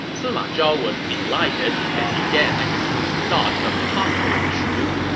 sima zhao was delighted and began entertaining thoughts of conquering shu.